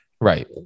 right